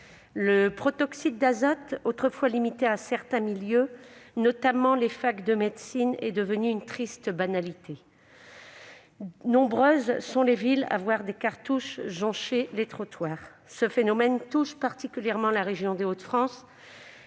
du protoxyde d'azote, autrefois limité à certains milieux, notamment les facultés de médecine, est devenu une triste banalité : nombreuses sont les villes à voir des cartouches joncher les trottoirs. Ce phénomène touche particulièrement la région des Hauts-de-France,